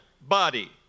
body